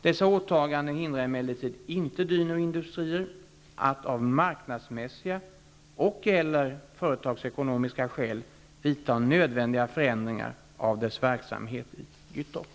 Dessa åtaganden hindrar emellertid inte Dyno Industrier att av marknadsmässiga och/eller företagsekonomiska skäl vidta nödvändiga förändringar av dess verksamhet i Gyttorp.